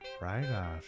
Right